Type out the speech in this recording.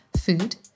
food